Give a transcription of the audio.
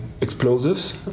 explosives